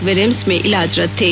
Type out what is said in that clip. वे RIMS में इलाजरत थे